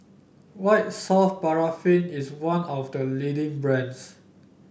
White Soft Paraffin is one of the leading brands